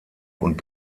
und